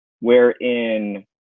wherein